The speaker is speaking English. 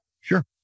Sure